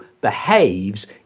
behaves